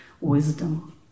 wisdom